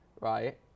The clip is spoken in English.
right